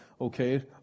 okay